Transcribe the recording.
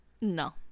No